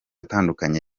atandukanye